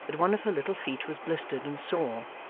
that one of her little feet was blistered and sore,